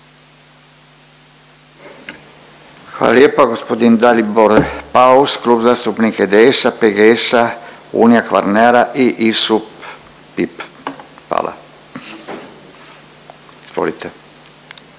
Hvala vam./… Hvala.